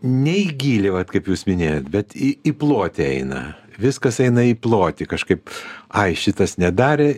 ne į gylį vat kaip jūs minėjot bet į plotį eina viskas eina į plotį kažkaip ai šitas nedarė